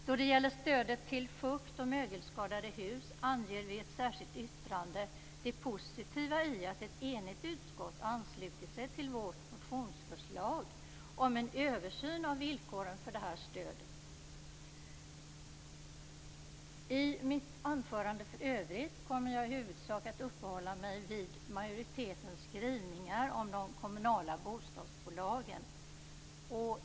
Då det gäller stödet till fukt och mögelskadade hus anger vi i ett särskilt yttrande det positiva i att ett enigt utskott anslutit sig till vårt motionsförslag om en översyn av villkoren för det här stödet. I mitt anförande i övrigt kommer jag i huvudsak att uppehålla mig vid majoritetens skrivningar om de kommunala bostadsbolagen.